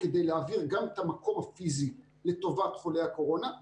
אנחנו נעסוק בעומס בבתי החולים הכלליים בשל התחלואה בקורונה,